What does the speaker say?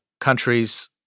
countries